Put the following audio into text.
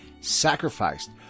sacrificed